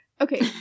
Okay